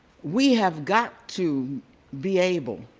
we have got to be able